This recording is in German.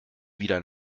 wieder